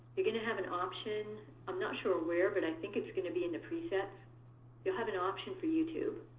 you're going to have an option i'm not sure where, but i think it's going to be in the presets you'll have an option for youtube.